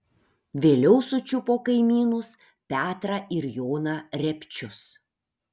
vėliau sučiupo kaimynus petrą ir joną repčius